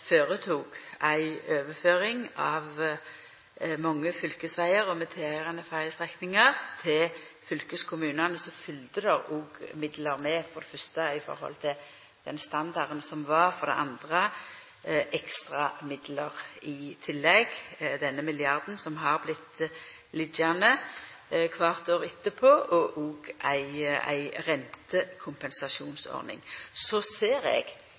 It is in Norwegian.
føretok ei overføring av mange fylkesvegar, og med tilhøyrande ferjestrekningar, til fylkeskommunane, følgde det òg med midlar: for det fyrste i forhold til den standarden som var, og for det andre ekstra midlar i tillegg – denne milliarden som har vorte liggjande kvart år etterpå – og òg ei rentekompensasjonsordning. Så ser eg,